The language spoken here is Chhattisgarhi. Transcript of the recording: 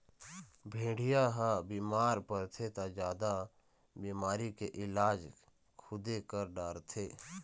भेड़िया ह बिमार परथे त जादा बिमारी के इलाज खुदे कर डारथे